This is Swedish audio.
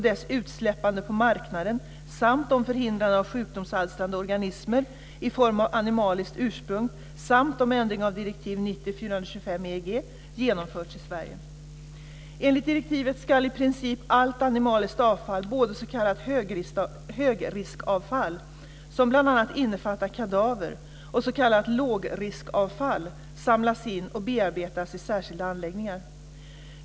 både s.k. högriskavfall, vilket bl.a. innefattar kadaver, och s.k. lågriskavfall - samlas in och bearbetas i särskilda anläggningar.